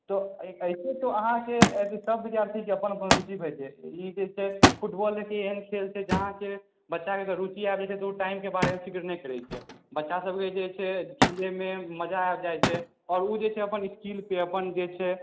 एहिसॅं तऽ अहाँके सब विद्यार्थीके अपन अपन रूचि होइ छै ई जे छै फुटबॉल जे छै एहेन खेल छै जे अहाँके बच्चा के अगर रुचि आबि जेतै तऽ ओ टाइम के बारे मे फिकिर नहि करै छै बच्चा सब बुझै छै एहिमे मजा आबि जाइ छै ओ जे छै अपन ई फील के